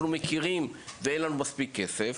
אנחנו לא מכירים ואין לנו מספיק כסף,